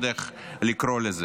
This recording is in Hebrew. אני לא יודע איך לקרוא לזה,